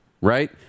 Right